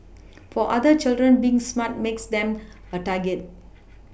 for other children being smart makes them a target